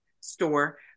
store